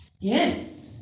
Yes